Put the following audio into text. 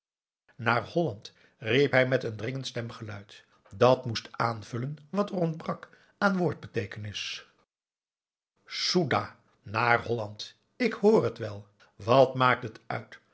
naar holland riep hij met een dringerig stemgeluid dat moest aanvullen wat er ontbrak aan woordbeteekenis soedah naar holland ik hoor het wel wat maakt het uit